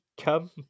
come